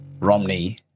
Romney